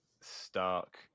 stark